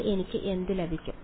അപ്പോൾ എനിക്ക് എന്ത് ലഭിക്കും